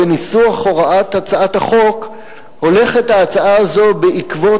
בניסוח הוראת הצעת החוק הולכת ההצעה הזו בעקבות